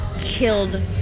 killed